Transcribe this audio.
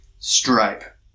Stripe